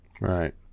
right